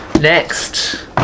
next